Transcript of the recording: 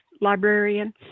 librarian